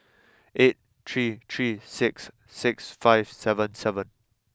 eight three three six six five seven seven